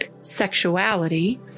sexuality